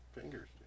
fingers